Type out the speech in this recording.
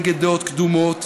נגד דעות קדומות,